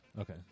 Okay